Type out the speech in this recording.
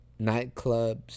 nightclubs